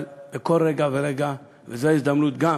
אבל בכל רגע ורגע, וזאת ההזדמנות גם